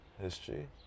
history